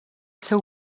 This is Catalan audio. seu